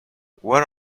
what